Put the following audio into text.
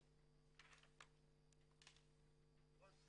כן, יובל.